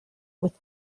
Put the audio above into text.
with